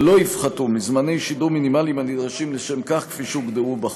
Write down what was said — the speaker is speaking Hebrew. ולא יפחתו מזמני שידור מינימליים הנדרשים לשם כך כפי שהוגדרו בחוק.